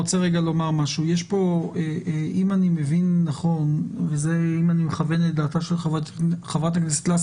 אם אני מבין נכון ואם אני מכוון לדעתה של ח"כ לסקי,